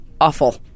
Awful